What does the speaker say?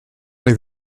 oedd